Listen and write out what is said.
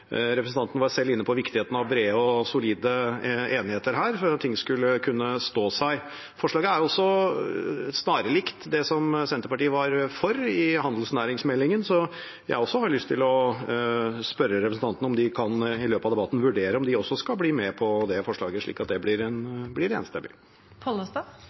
Representanten var selv inne på viktigheten av bred og solid enighet her for at ting skulle kunne stå seg. Forslaget er også snarlikt det som Senterpartiet var for i handelsnæringsmeldingen. Så jeg har lyst til å spørre representanten om de i løpet av debatten kan vurdere om de også skal bli med på det forslaget, slik at det blir